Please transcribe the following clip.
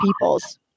people's